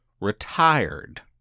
Retired